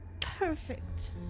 perfect